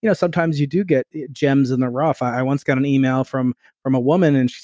you know sometimes, you do get gems in the rough. i once got an email from from a woman and she